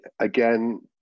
Again